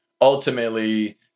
ultimately